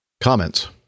comments